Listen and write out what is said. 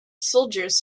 soldiers